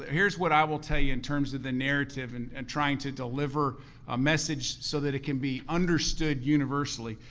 here's what i will tell you in terms of the narrative and and trying to deliver a message so that it can be understood universally,